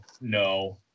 no